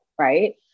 right